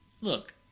Look